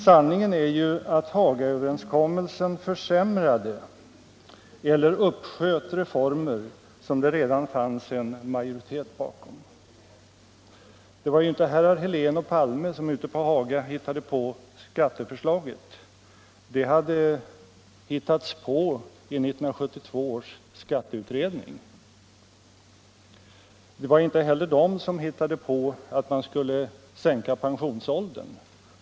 Sanningen är ju att Hagaöverenskommelsen försämrade eller uppsköt reformer som det redan fanns en majoritet bakom. Det var ju inte herrar Helén och Palme som ute på Haga hittade på skatteförslaget. Det hade utformats i 1972 års skatteutredning. Det var inte heller de som hittade på att man skulle sänka pensionsåldern.